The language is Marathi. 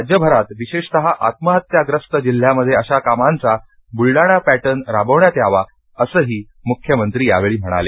राज्यभरात विशेषतःआत्महत्याग्रस्त्जिल्ह्यामध्ये अशा कामांचा बुलडाणा पेंटर्न राबविण्यात यावा असंही मुख्यमंत्री यावेळी म्हणाले